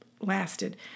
lasted